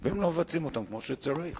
אז אני רוצה לציין את יום השעה.